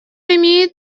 имеет